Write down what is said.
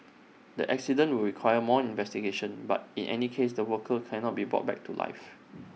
the accident will require more investigation but in any case the worker cannot be brought back to life